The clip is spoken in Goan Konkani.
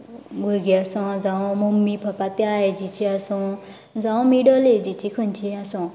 भुरगीं आसू जावूं मम्मी पप्पा त्या एजीचे आसूं जावूं मिडल एजीचे खंयचेय आसूं